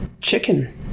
Chicken